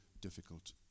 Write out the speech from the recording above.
difficult